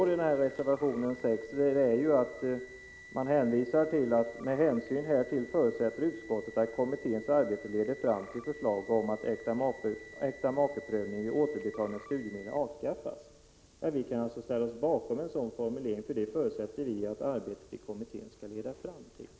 I reservation 6 står det: ”Med hänsyn härtill förutsätter utskottet att kommitténs arbete leder fram till förslag om att äktamakeprövning vid återbetalning av studiemedel avskaffas.” Vi kan ställa oss bakom en sådan formulering, för det förutsätter vi att arbetet i kommittén skall leda fram till.